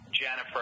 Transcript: jennifer